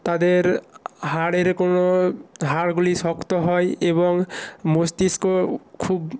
তাদের হাড়ের কোনো হাড়গুলি শক্ত হয় এবং মস্তিষ্ক খুব